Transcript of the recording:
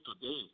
today